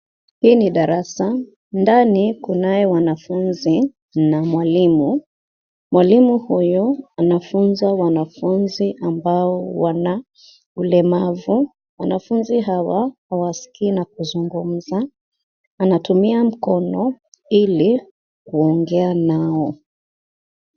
Hii ni darasa. Ndani kunaye wanafunzi na mwalimu. Mwalimu huyu anafunza wanafunzi ambao wana ulemavu. Wanafunzi hawaskii na kuzungumza. Anatumia mkono ili kuongea nao.